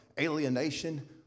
alienation